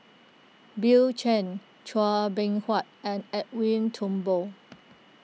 Bill Chen Chua Beng Huat and Edwin Thumboo